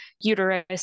uterus